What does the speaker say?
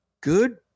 good